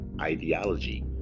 ideology